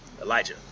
Elijah